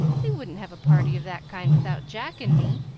they wouldn't have a party of that kind without jack and me.